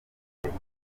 ireme